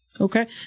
Okay